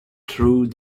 through